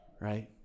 right